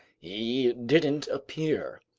he didn't appear.